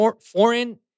foreign